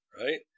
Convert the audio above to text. right